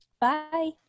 Bye